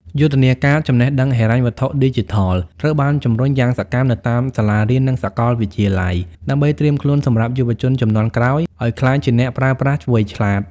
យុទ្ធនាការ "ចំណេះដឹងហិរញ្ញវត្ថុឌីជីថល" ត្រូវបានជម្រុញយ៉ាងសកម្មនៅតាមសាលារៀន និងសកលវិទ្យាល័យ ដើម្បីត្រៀមខ្លួនសម្រាប់យុវជនជំនាន់ក្រោយឱ្យក្លាយជាអ្នកប្រើប្រាស់វៃឆ្លាត។